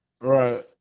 Right